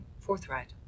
forthright